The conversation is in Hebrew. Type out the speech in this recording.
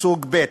סוג ב'.